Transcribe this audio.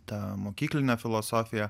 tą mokyklinę filosofiją